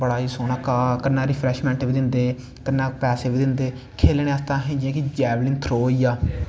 बड़ा ई सोह्ना घाह् कन्नै रिफ्रैशमैंट बी दिंदे कन्नै पैसे बि दिंदे खेलनै आस्तै जियां जैवलिंग थ्रो होईया